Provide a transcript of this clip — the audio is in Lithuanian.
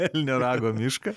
elnio rago mišką